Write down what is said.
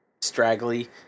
straggly